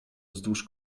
wzdłuż